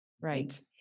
Right